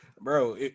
Bro